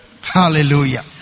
Hallelujah